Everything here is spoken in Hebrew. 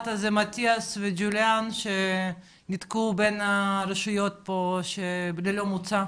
הזה מטיאס וג'וליין שנתקעו בין הרשויות פה ללא מוצא?